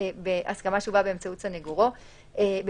בהסכמה שהובאה באמצעות סנגורו באמצעות